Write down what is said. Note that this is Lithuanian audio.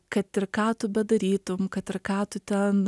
kad ir ką tu bedarytum kad ir ką tu ten